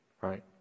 right